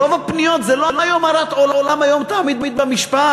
רוב הפניות זה לא "היום הרת עולם היום יעמיד במשפט",